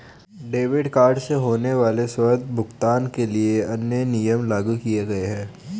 debit card से होने वाले स्वतः भुगतान के लिए नए नियम लागू किये गए है